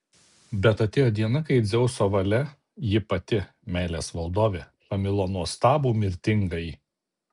bet atėjo diena kai dzeuso valia ji pati meilės valdovė pamilo nuostabų mirtingąjį